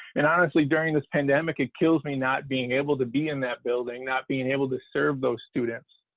and honestly during this pandemic it kills me not being able to be in that building, not being able to serve those students.